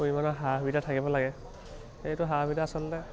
পৰিমাণৰ সা সুবিধা থাকিব লাগে এইটো সা সুবিধা আচলতে